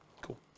Cool